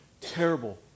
terrible